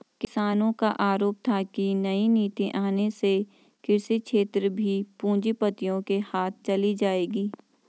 किसानो का आरोप था की नई नीति आने से कृषि क्षेत्र भी पूँजीपतियो के हाथ चली जाएगी